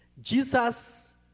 Jesus